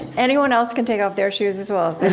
anyone else can take off their shoes, as well.